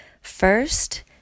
First